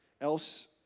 Else